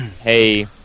hey